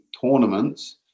tournaments